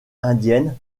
indienne